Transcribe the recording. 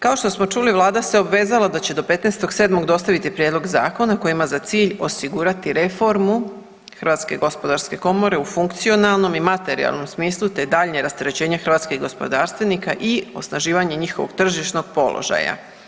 Kao što smo čuli Vlada se obvezala da će do 15. 07. dostaviti Prijedlog zakona koji ima za cilj osigurati reformu Hrvatske gospodarske komore u funkcionalnom i materijalnom smislu te daljnje rasterećenje hrvatskih gospodarstvenika i osnaživanje njihovog tržišnog položaja.